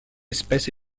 espèce